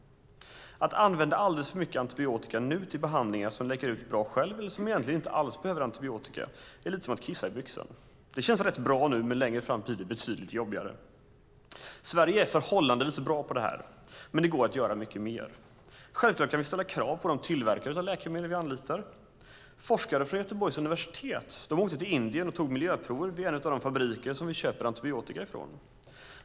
Att använda alldeles för mycket antibiotika nu till behandlingar som läker ut bra själv eller som egentligen inte alls behöver antibiotika är lite som att kissa i byxan - det känns rätt bra nu, men längre fram blir det betydligt jobbigare. Sverige är förhållandevis bra på det här, men det går att göra mycket mer. Självklart kan vi ställa krav på de tillverkare av läkemedel vi anlitar. Forskare från Göteborgs universitet åkte till Indien och tog miljöprover vid en av de fabriker vi köper antibiotika ifrån.